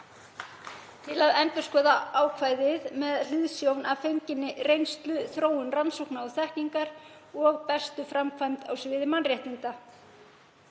til að endurskoða ákvæðið með hliðsjón af fenginni reynslu, þróun rannsókna og þekkingar og bestu framkvæmda á sviði mannréttinda.